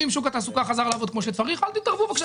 אם שוק התעסוקה חזר לעבוד כמו שצריך אל תתערבו בבקשה,